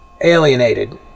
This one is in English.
alienated